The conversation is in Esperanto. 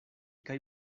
kaj